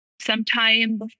sometime